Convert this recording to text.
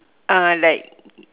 uh like